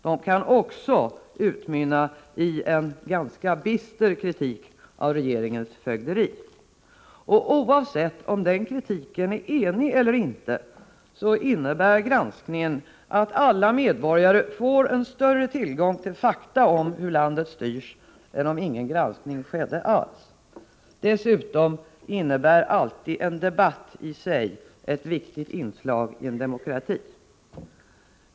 De kan också utmynna i en ganska bister kritik av regeringens fögderi. Och oavsett om den kritiken är enig eller inte innebär granskningen att alla medborgare får en större tillgång till fakta om hur landet styrs än om ingen granskning skedde alls. Dessutom innebär alltid en debatt i sig ett viktigt inslag i en demokrati.